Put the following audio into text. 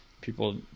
people